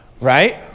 right